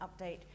update